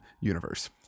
universe